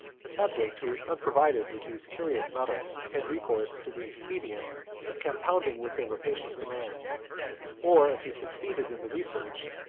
the subject, who was unprovided with these curious medals, had recourse to the expedient of compounding with their rapacious demands or if he succeeded in the research,